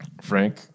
Frank